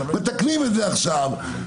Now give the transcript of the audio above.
מתקנים את זה עכשיו,